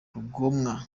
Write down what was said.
rugomwa